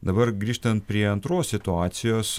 dabar grįžtant prie antros situacijos